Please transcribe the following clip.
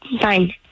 Fine